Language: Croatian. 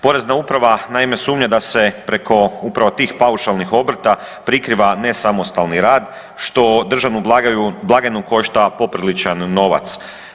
Porezna uprava naime sumnja da se preko upravo tih paušalnih obrta prikriva nesamostalni rad što državnu blagajnu košta popriličan novac.